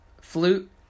flute